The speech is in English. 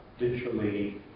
digitally